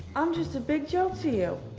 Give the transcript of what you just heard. i'm just a big joke to you.